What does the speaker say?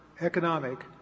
economic